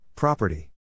Property